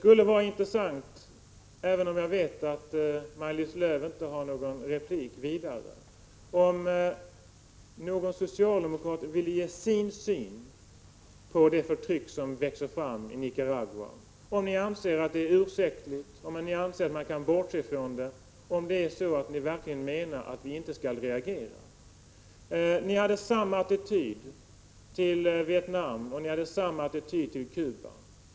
Jag vet att Maj-Lis Lööw inte har någon ytterligare replik, men det skulle 9 vara intressant om någon socialdemokrat ville ge sin syn på det förtryck som växer fram i Nicaragua — om ni anser att det är ursäktligt, om ni anser att man kan bortse från det, om ni verkligen menar att vi inte skall reagera. Ni hade samma attityd till Vietnam och ni hade samma attityd till Cuba.